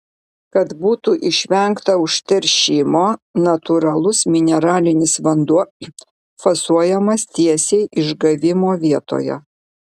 kad būtų išvengta užteršimo natūralus mineralinis vanduo fasuojamas tiesiai išgavimo vietoje